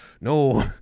no